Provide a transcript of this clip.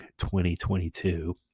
2022